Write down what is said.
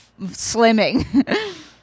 slimming